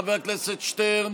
חבר הכנסת שטרן,